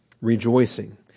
Rejoicing